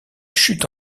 chute